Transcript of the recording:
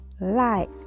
Light